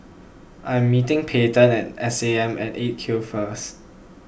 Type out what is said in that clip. I am meeting Payten at S A M at eight Q first